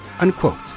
unquote